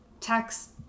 text